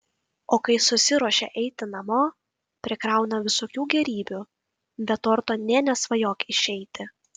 o kai susiruošia eiti namo prikrauna visokių gėrybių be torto nė nesvajok išeiti